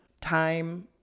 time